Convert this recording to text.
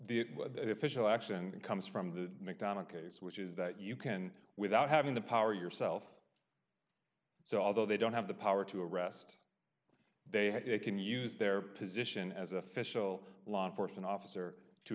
the official action comes from the mcdonald case which is that you can without having the power yourself so although they don't have the power to arrest they can use their position as official law enforcement officer to